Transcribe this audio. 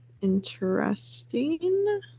Interesting